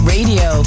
Radio